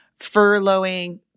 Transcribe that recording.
furloughing